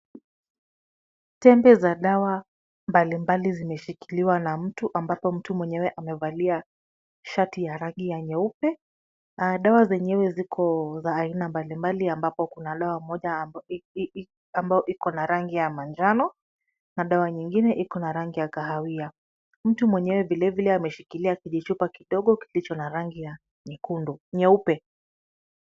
Tembe za dawa mbalimbali zimeshikiliwa na mtu ambapo mtu mwenyewe amevalia shati ya rangi ya nyeupe. Dawa zenyewe ziko za aina mbalimbali ambapo kuna dawa moja ambayo iko na rangi ya manjano na dawa nyingine iko na rangi ya kahawia. Mtu mwenyewe vilevile ameshikilia kijichupa kidogo kilicho na rangi ya nyekundu, nyeupe.